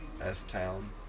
S-Town